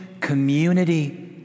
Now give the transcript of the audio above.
community